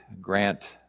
grant